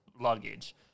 luggage